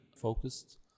focused